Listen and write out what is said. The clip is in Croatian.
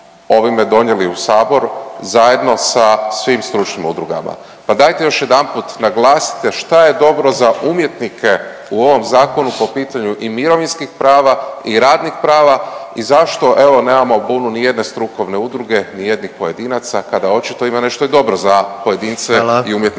ovime donijeli u sabor zajedno sa svim stručnim udrugama. Pa dajte još jedanput naglasite šta je dobro za umjetnike u ovom zakonu po pitanju i mirovinskih prava i radnih prava i zašto evo nemao bunu ni jedne strukovne udruge, ni jednih pojedinaca kada očito ima nešto i dobro za pojedince …/Upadica: